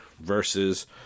versus